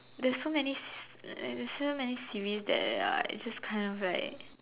there's so many there's so many s~ series that uh I just kind of like